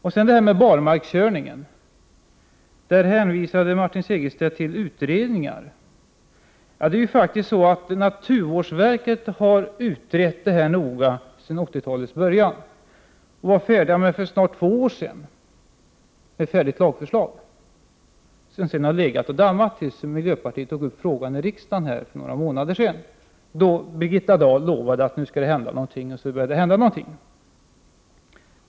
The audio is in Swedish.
När det gäller frågan om barmarkskörning hänvisar Martin Segerstedt till utredningar. Det är faktiskt så att naturvårdsverket noga har utrett denna fråga sedan 80-talets början och för snart två år sedan hade ett färdigt lagförslag, som sedan legat och samlat damm till dess miljöpartiet tog upp frågan i riksdagen för några månader sedan. Då lovade Birgitta Dahl att det skulle hända någonting, och så började det hända någonting.